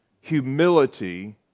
humility